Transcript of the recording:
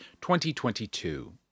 2022